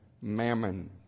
mammon